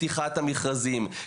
פתיחת המכרזים,